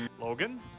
Logan